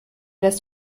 das